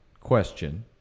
question